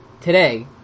today